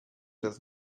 does